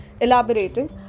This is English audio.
elaborating